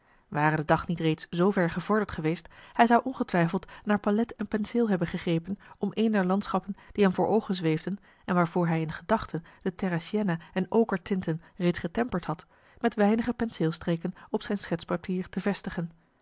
ware de dag niet reeds zoover gevorderd geweest hij marcellus emants een drietal novellen zou ongetwijfeld naar palet en penseel hebben gegrepen om een der landschappen die hem voor oogen zweefden en waarvoor hij in gedachten de terrasiena en okertinten reeds getemperd had met weinige penseelstreken op zijn schetspapier te vestigen